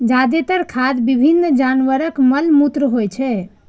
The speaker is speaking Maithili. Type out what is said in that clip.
जादेतर खाद विभिन्न जानवरक मल मूत्र होइ छै